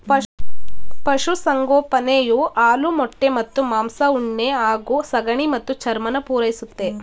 ಪಶುಸಂಗೋಪನೆಯು ಹಾಲು ಮೊಟ್ಟೆ ಮತ್ತು ಮಾಂಸ ಉಣ್ಣೆ ಹಾಗೂ ಸಗಣಿ ಮತ್ತು ಚರ್ಮನ ಪೂರೈಸುತ್ತೆ